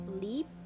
leap